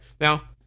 Now